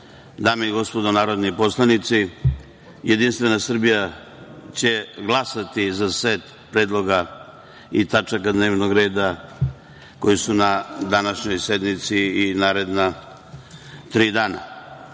dame i gospodo narodni poslanici, Jedinstvena Srbija će glasati za set predloga i tačaka dnevnog reda koji su na današnjoj sednici i naredna tri dana. Ja